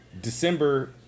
December